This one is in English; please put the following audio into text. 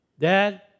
Dad